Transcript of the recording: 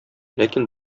ләкин